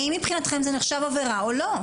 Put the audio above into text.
האם מבחינתכם זה נחשב עבירה או לא?